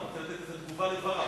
אני רוצה לתת תגובה על דבריו.